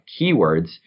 keywords